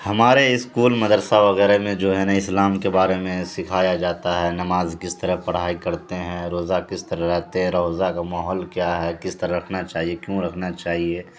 ہمارے اسکول مدرسہ وغیرہ میں جو ہے نا اسلام کے بارے میں سکھایا جاتا ہے نماز کس طرح پڑھائی کرتے ہیں روزہ کس طرح رہتے ہیں روزہ کا ماحول کیا ہے کس طرح رکھنا چاہیے کیوں رکھنا چاہیے